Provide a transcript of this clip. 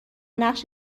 نقش